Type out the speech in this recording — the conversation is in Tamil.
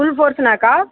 ஃபுல் போர்ஷனாக்கா